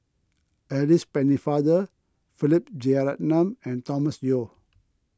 Alice Pennefather Philip Jeyaretnam and Thomas Yeo